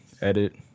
edit